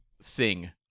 sing